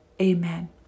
Amen